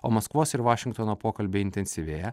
o maskvos ir vašingtono pokalbiai intensyvėja